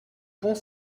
pont